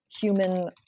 human